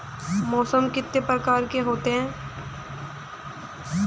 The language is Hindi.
मौसम कितने प्रकार के होते हैं?